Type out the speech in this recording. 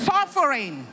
Suffering